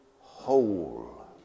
whole